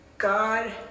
God